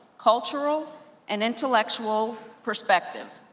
cultural and intellectual perspective.